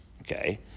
Okay